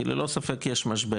כי ללא ספק יש משבר.